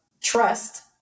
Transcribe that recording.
trust